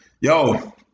yo